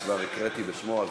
כי כבר קראתי בשמו.